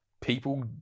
people